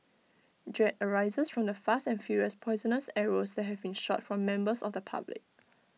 dread arises from the fast and furious poisonous arrows that have been shot from members of the public